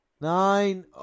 Nine